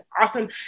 awesome